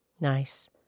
Nice